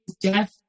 death